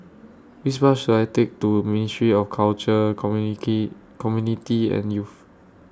Which Bus should I Take to Ministry of Culture Community and Youth